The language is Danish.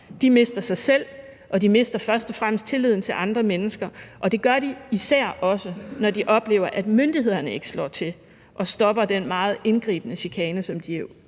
de mister sig selv, og de mister først og fremmest tilliden til andre mennesker, og det gør de især også, når de oplever, at myndighederne ikke slår til og stopper den meget indgribende chikane, som de er